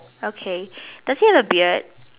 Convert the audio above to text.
okay does he have a beard